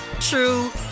true